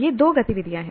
ये दो गतिविधियाँ हैं